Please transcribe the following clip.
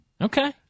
Okay